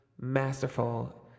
masterful